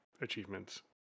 achievements